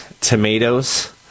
tomatoes